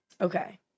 Okay